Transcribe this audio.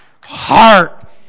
heart